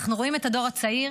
אנחנו רואים את הדור הצעיר,